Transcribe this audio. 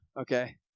okay